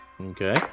Okay